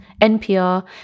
NPR